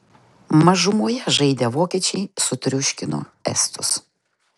mažumoje žaidę vokiečiai sutriuškino estus